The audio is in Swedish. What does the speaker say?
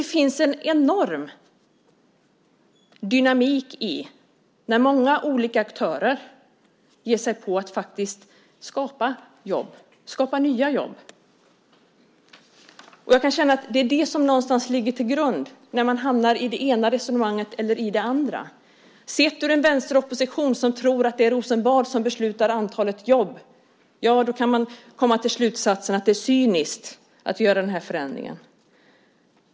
Det finns också en enorm dynamik i att många olika aktörer ger sig på att faktiskt skapa jobb - nya jobb. Jag kan känna att det någonstans ligger till grund när man hamnar i det ena eller det andra resonemanget. Sett från en vänsteropposition som tror att det är i Rosenbad antalet jobb beslutas kan man komma till slutsatsen att det är cyniskt att göra den här förändringen.